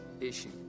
issue